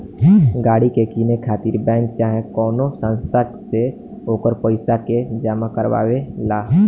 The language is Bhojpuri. गाड़ी के किने खातिर बैंक चाहे कवनो संस्था से ओकर पइसा के जामा करवावे ला